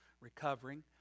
recovering